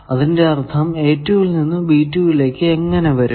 അതിന്റെ അർഥം ൽ നിന്നും ലേക്ക് എങ്ങനെ വരും